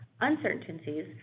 uncertainties